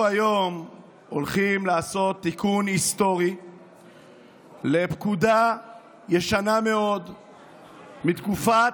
אנחנו היום הולכים לעשות תיקון היסטורי לפקודה ישנה מאוד מתקופת